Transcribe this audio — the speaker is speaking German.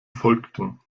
folgten